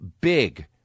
big